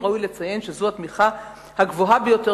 וראוי לציין שזו התמיכה הגבוהה ביותר